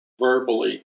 verbally